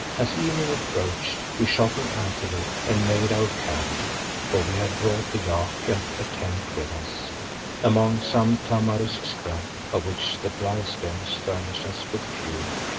as evening approached we shot an antelope and made our camp for we had brought the yak and a tent with us among some tamarisk scrub, of which the dry stems furnished us with fuel.